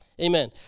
Amen